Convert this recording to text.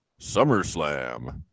SummerSlam